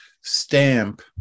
stamp